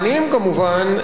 גברתי היושבת-ראש,